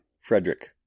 Frederick